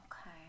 Okay